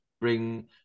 bring